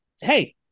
hey